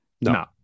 No